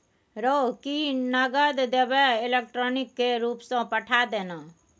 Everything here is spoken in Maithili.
रौ की नगद देबेय इलेक्ट्रॉनिके रूपसँ पठा दे ने